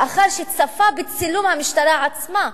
לאחר שצפה בצילום המשטרה עצמה,